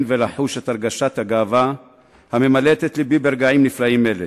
ולחוש את הרגשת הגאווה הממלאת את לבי ברגעים נפלאים אלה,